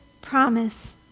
promise